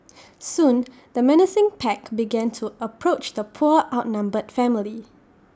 soon the menacing pack began to approach the poor outnumbered family